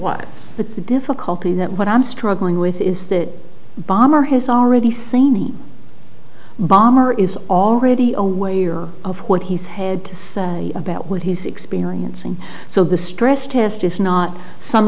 was the difficulty that what i'm struggling with is that bomber has already samy balmer is already away or of what he's had to say about what he's experiencing so the stress test is not some